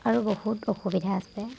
আৰু বহুত অসুবিধা আছে